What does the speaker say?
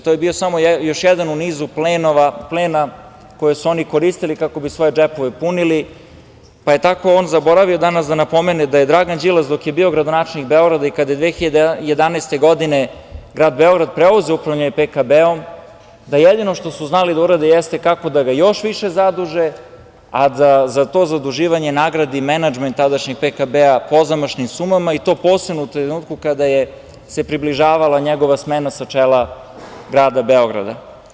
To je bio samo još jedan u nizu plena koji su oni koristili kako bi svoje džepove punili, pa je tako on zaboravio danas da napomene da je Dragan Đilas dok je bio gradonačelnik Beograda i kada je 2011. godine grad Beograd preuzeo upravljanje PKB, da jedino što su znali da urade jeste kako da ga još više zaduže, a da za to zaduživanje nagradi menadžment tadašnjeg PKB-a pozamašnim sumama i to posebno u trenutku kada se približavala njegova smena sa čela grada Beograda.